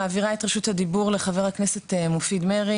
אני מעבירה את זכות הדיבור לחה"כ מופיד מרעי,